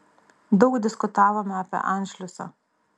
daug diskutavome apie anšliusą